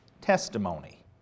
testimony